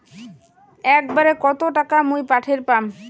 একবারে কত টাকা মুই পাঠের পাম?